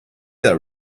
that